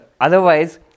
otherwise